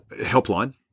Helpline